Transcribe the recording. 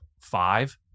five